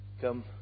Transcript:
come